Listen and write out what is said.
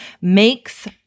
makes